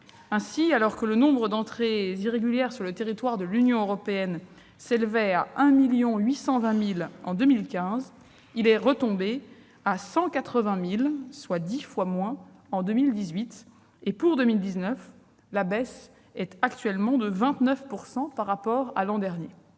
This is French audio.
Ainsi, alors que le nombre d'entrées irrégulières sur le territoire de l'Union européenne s'élevait à 1 820 000 en 2015, il est retombé à 180 000, soit dix fois moins, en 2018. Et pour 2019, la baisse est actuellement de 29 % par rapport à l'an dernier.